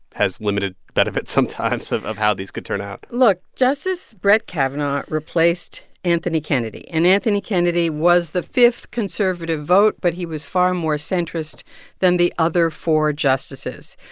has limited benefits sometimes of of how these could turn out? look. justice brett kavanaugh replaced anthony kennedy. and anthony kennedy was the fifth conservative vote, but he was far more centrist than the other four justices.